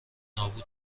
نابود